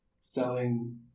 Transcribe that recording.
selling